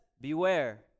beware